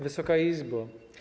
Wysoka Izbo!